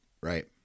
Right